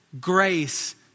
grace